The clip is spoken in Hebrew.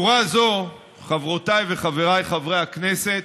תקראו לרויטל סויד,